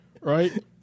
right